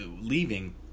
leaving